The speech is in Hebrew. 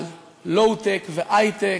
על לואו-טק והיי-טק,